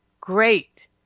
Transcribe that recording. great